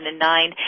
2009